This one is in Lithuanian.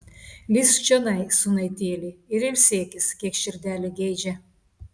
lįsk čionai sūnaitėli ir ilsėkis kiek širdelė geidžia